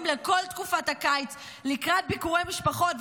לכל תקופת הקיץ לקראת ביקורי משפחות.